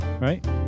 right